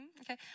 Okay